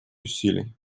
усилий